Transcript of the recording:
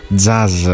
jazz